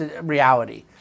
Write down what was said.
reality